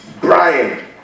Brian